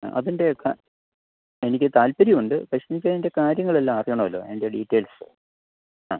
അതിൻ്റെ എനിക്ക് താൽപ്പര്യം ഉണ്ട് പക്ഷെ എനിക്കതിൻ്റെ കാര്യങ്ങളെല്ലാം അറിയണമല്ലോ അതിൻ്റെ ഡീറ്റെയ്ൽസ് ആ